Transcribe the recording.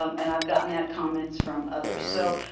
um and i've gotten that comment from others. so,